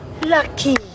lucky